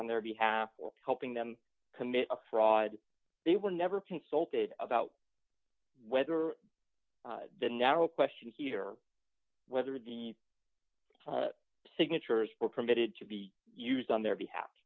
on their behalf or helping them commit a fraud they were never consulted about whether the narrow question here whether the signatures were permitted to be used on their behalf